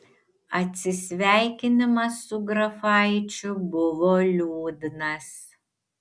atsisveikinimas su grafaičiu buvo liūdnas